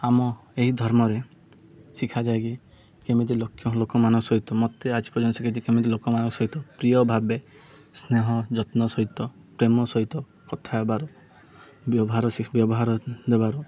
ଆମ ଏହି ଧର୍ମରେ ଶିଖାଯାଏ କି କେମିତି ଲକ୍ଷ ଲୋକମାନଙ୍କ ସହିତ ମୋତେ ଆଜି ପର୍ଯ୍ୟନ୍ତ ଶଖାଇ ଦିଏ କେମିତି ଲୋକମାନଙ୍କ ସହିତ ପ୍ରିୟ ଭାବେ ସ୍ନେହ ଯତ୍ନ ସହିତ ପ୍ରେମ ସହିତ କଥା ହେବାରୁ ବ୍ୟବହାର ଶି ବ୍ୟବହାର ଦେବାରୁ